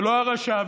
ולא הרשע,